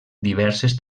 diverses